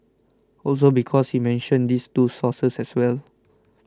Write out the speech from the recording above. also because he mentioned these two sources as well